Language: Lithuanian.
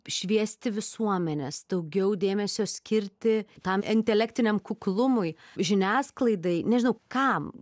šviesti visuomenes daugiau dėmesio skirti tam intelektiniam kuklumui žiniasklaidai nežinau kam